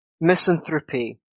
misanthropy